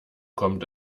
kommt